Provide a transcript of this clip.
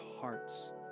hearts